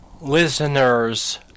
listeners